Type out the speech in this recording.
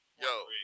Yo